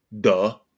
Duh